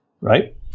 right